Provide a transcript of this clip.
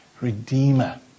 Redeemer